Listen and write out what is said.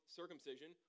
circumcision